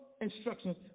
instructions